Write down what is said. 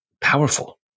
powerful